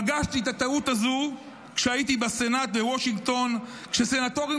פגשתי את הטעות הזו כשהייתי בסנאט בוושינגטון כשסנאטורים